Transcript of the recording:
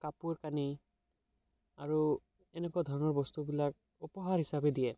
কাপোৰ কানি আৰু এনেকুৱা ধৰণৰ বস্তুবিলাক উপহাৰ হিচাপে দিয়ে